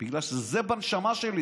בגלל שזה בנשמה שלי.